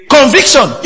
Conviction